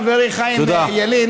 חברי חיים ילין,